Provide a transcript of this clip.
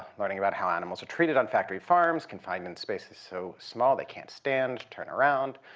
learning about how animals are treated on factory farms, confined in spaces so small they can't stand, turn around,